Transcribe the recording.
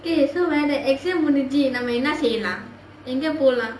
!hey! so when exam முடிஞ்சு நாம என்ன செய்யலாம் எங்கே போலாம்:mudinchu naama enna seiyalaam engae polaam